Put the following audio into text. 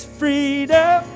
freedom